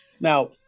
now